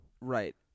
Right